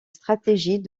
stratégie